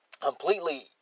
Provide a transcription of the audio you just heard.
Completely